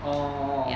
orh orh orh